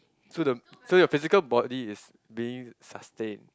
so the so your physical body is being sustain